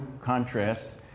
contrast